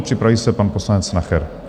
Připraví se pan poslanec Nacher.